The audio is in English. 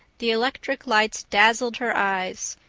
the electric lights dazzled her eyes,